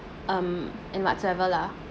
um and whatsoever lah